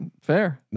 fair